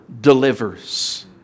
delivers